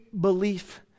belief